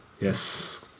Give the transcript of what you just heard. yes